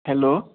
hello